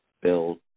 build